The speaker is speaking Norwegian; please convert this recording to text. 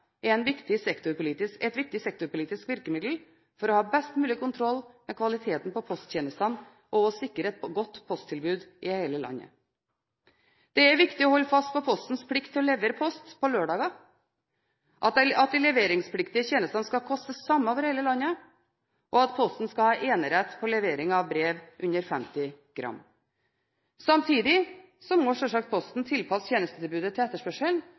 er et viktig sektorpolitisk virkemiddel for å ha best mulig kontroll med kvaliteten på posttjenestene og å sikre et godt posttilbud i hele landet. Det er viktig å holde fast på Postens plikt til å levere post på lørdager, at de leveringspliktige tjenestene skal koste det samme over hele landet, og at Posten skal ha enerett på levering av brev under 50 gram. Samtidig må selvsagt Posten tilpasse tjenestetilbudet til